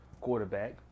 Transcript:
quarterback